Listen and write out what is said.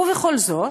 ובכל זאת,